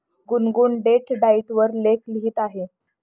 गुनगुन date diet वर लेख लिहित आहे